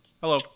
Hello